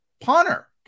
punter